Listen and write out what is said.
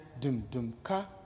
dum-dum-ka